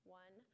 one